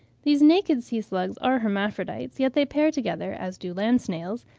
these naked sea-slugs are hermaphrodites, yet they pair together, as do land-snails,